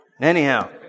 Anyhow